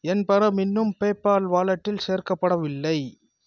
என் பணம் இன்னும் பேபால் வாலெட்டில் சேர்க்கப்படவில்லை